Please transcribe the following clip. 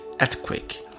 earthquake